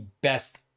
best